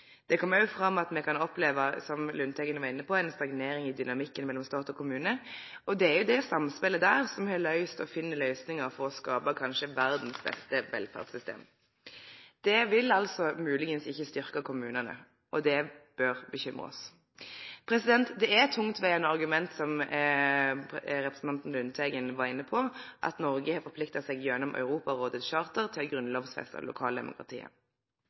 Det kom òg fram at me kan oppleve – som Lundteigen var inne på – ei stagnering i dynamikken mellom stat og kommune. Det er jo det samspelet der som har løyst og finn løysingar for å skape kanskje verdas beste velferdssystem. Det vil altså kan hende ikkje styrkje kommunane, og det bør bekymre oss. Det er tungtvegande argument som representanten Lundteigen var inne på, at Noreg har forplikta seg gjennom Europarådets charter til å grunnlovfeste lokaldemokratiet.